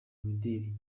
imideli